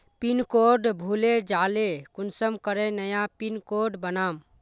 Pin code भूले जाले कुंसम करे नया पिन कोड बनाम?